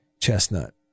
chestnut